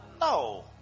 No